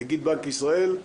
נציג בנק ישראל,